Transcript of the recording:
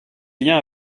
liens